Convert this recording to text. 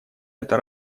эта